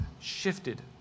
shifted